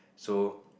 so